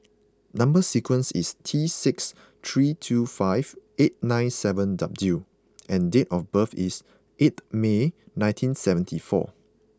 number sequence is T six three two five eight nine seven W and date of birth is eighth May nineteen seventy four